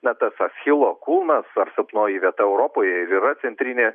na tas achilo kulnas ar silpnoji vieta europoje ir yra centrinė